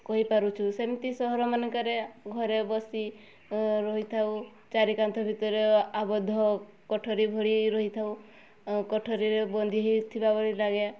କହିପାରୁଛୁ ସେମିତି ସହର ମାନଙ୍କରେ ଘରେ ବସି ରହିଥାଉ ଚାରି କାନ୍ଥ ଭିତରେ ଆବଦ୍ଧ କୋଠରୀ ଭଳି ରହିଥାଉ କୋଠରୀରେ ବନ୍ଦି ହେଇଥିବା ଭଳି ଲାଗେ